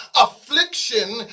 affliction